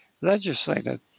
legislated